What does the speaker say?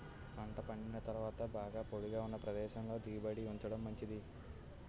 పంట పండిన తరువాత బాగా పొడిగా ఉన్న ప్రదేశంలో దిగుబడిని ఉంచడం మంచిది